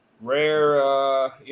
rare